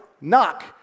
knock